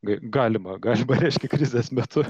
ga galima reiškia krizės metu